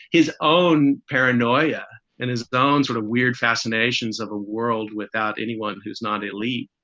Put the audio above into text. his own paranoia and his own sort of weird fascinations of a world without anyone who's not a least.